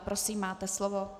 Prosím, máte slovo.